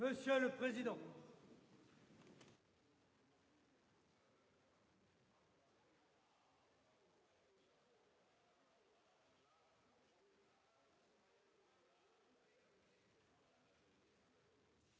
monsieur le président.